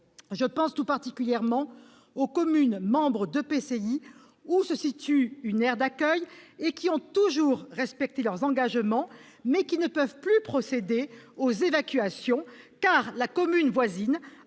Je pense tout particulièrement aux communes membres d'un EPCI où se situe une aire d'accueil et qui ont toujours respecté leurs engagements, ... Absolument !... mais qui ne peuvent plus procéder aux évacuations, car la commune voisine,